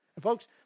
Folks